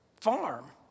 farm